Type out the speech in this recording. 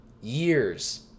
Years